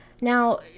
Now